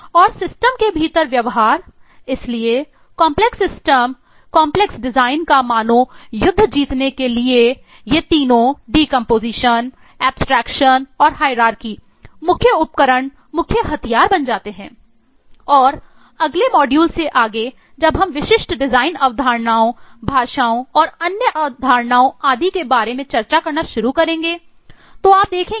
और सिस्टम के मिश्रण का उपयोग करते रहेंगे